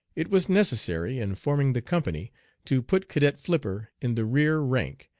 it was necessary in forming the company to put cadet flipper in the rear rank,